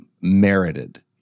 merited